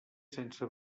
sense